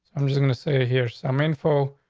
i'm just gonna say here some info,